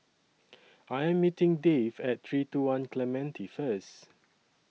I Am meeting Dave At three two one Clementi First